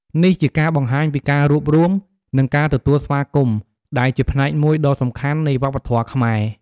នេះជាការបង្ហាញពីការរួបរួម និងការទទួលស្វាគមន៍ ដែលជាផ្នែកមួយដ៏សំខាន់នៃវប្បធម៌ខ្មែរ។